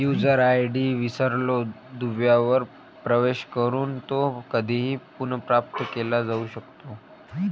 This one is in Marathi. यूजर आय.डी विसरलो दुव्यावर प्रवेश करून तो कधीही पुनर्प्राप्त केला जाऊ शकतो